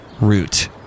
route